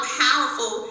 powerful